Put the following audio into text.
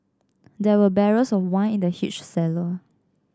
there were barrels of wine in the huge cellar